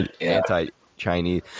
Anti-Chinese